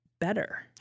better